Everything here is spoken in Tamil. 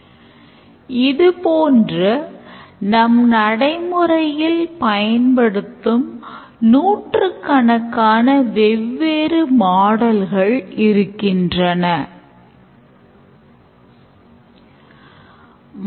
கொடுக்கப்பட்டுள்ள problem descriptionல் இருந்து use caseகளை கண்டறிவதற்கு உள்ள ஒரு பிரபலமான வழி ஆகிய actors யார் மற்றும் ஒவ்வொரு actorக்கும் அவர் எந்தெந்த செயல்பாடுகளை invoke செய்கிறார் மற்றும் அந்த actorக்கு எதிராக library software case பற்றியும் கண்டோம்